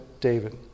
David